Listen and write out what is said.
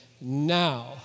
now